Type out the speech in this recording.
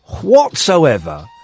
whatsoever